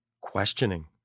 questioning